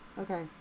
Okay